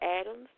Adams